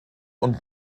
und